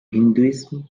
hinduism